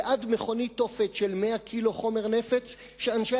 ועד מכונית תופת של 100 קילו חומר נפץ שאנשי